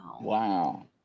Wow